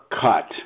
cut